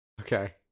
Okay